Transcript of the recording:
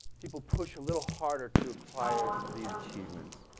people push a little harder to acquire these achievements.